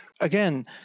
again